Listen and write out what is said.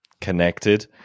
connected